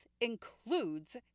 includes